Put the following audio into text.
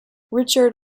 richard